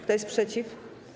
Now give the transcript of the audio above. Kto jest przeciw?